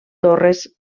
torres